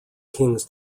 kings